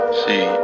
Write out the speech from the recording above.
see